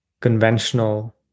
conventional